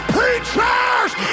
Preachers